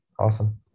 Awesome